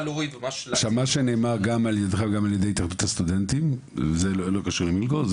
מה שאמרת גם אתה וגם נציג התאחדות הסטודנטים זה לא קשור למלגות.